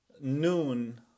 noon